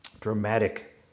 dramatic